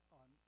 on